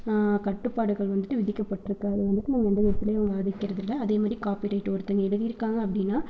கட்டுப்பாடுகள் வந்துட்டு விதிக்கப்பட்டிருக்கு அது வந்துட்டு நம்ம எந்த விதத்திலையும் விவாதிக்கிறது இல்லை அதேமாரி காப்பிரைட் ஒருத்தவங்க எழுதிருக்காங்கள் அப்படினா